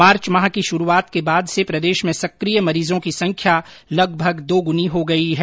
मार्च माह की शुरूआत के बाद से प्रदेश में सक्रीय मरीजों की संख्या लगभग दोगुनी हो गयी है